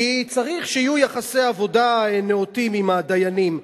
כי צריך שיהיו יחסי עבודה נאותים עם הדיינים,